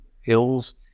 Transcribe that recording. hills